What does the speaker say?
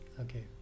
Okay